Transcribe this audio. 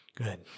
Good